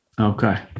okay